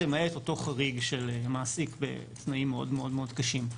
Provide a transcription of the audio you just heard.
למעט אותו חריג של מעסיק בתנאים מאוד-מאוד קשים.